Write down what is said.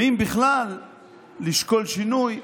ואם בכלל לשקול שינוי,